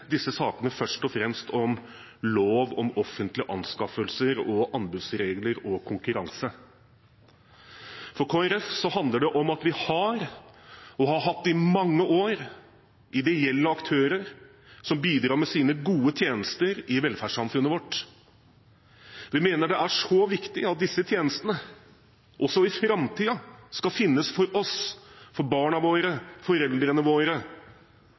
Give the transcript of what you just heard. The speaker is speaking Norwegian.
disse sakene først og fremst om lov om offentlige anskaffelser og anbudsregler og konkurranse. For Kristelig Folkeparti handler det om at vi har, og har hatt i mange år, ideelle aktører som bidrar med sine gode tjenester i velferdssamfunnet vårt. Vi mener det er viktig at disse tjenestene også i framtiden skal finnes for oss, for barna våre, foreldrene våre,